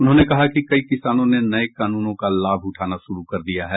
उन्होंने कहा कि कई किसानों ने नए कानूनों का लाभ उठाना शुरू कर दिया है